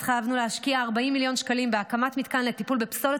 התחייבנו להשקיע 40 מיליון שקלים בהקמת מתקן לטיפול בפסולת